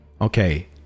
Okay